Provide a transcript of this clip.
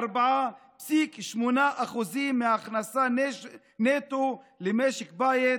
24.8% מההכנסה נטו למשק בית,